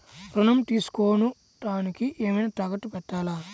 ఋణం తీసుకొనుటానికి ఏమైనా తాకట్టు పెట్టాలా?